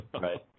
Right